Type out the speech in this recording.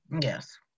yes